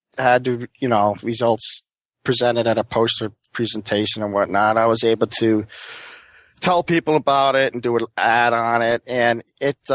had you know results presented at a poster presentation and whatnot. i was able to tell people about it and do an ad on it. and it